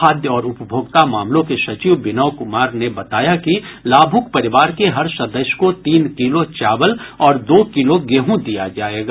खाद्य और उपभोक्ता मामलों के सचिव विनय क्मार ने बताया कि लाभूक परिवार के हर सदस्य को तीन किलो चावल और दो किलो गेहूँ दिया जायेगा